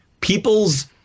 people's